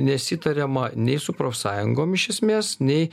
nesitariama nei su profsąjungom iš esmės nei